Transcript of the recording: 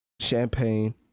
champagne